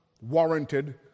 warranted